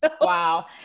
Wow